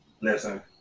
listen